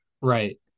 Right